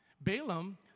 Balaam